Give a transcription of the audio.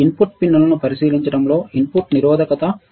input పిన్నులను పరిశీలించడంలో input నిరోధకత ఎలా ఉంటుంది